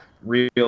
Real